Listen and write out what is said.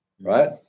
Right